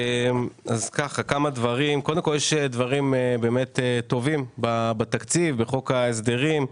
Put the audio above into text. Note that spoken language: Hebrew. יש דברים טובים בתקציב, בחוק ההסדרים,